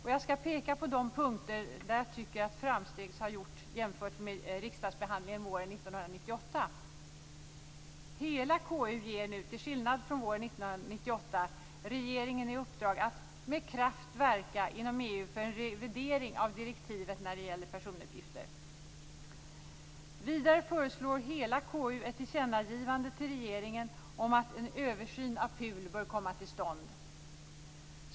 Jag skall peka på de punkter där jag tycker framsteg har gjorts jämfört med riksdagsbehandlingen våren 1998. Hela KU ger nu - till skillnad från våren 1998 - regeringen i uppdrag att med kraft verka inom EU för en revidering av direktivet om personuppgifter. Vidare föreslår hela KU ett tillkännagivande till regeringen om att en översyn av PUL bör komma till stånd.